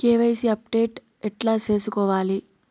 KYC update ఎట్లా సేసుకోవాలి?